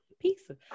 Pizza